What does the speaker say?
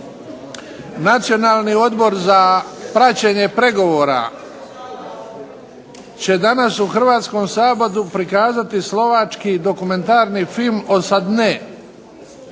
Nacionalni odbor za praćenje pregovora će danas u Hrvatskom saboru prikazati Slovački dokumentarni film Osadne